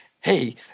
hey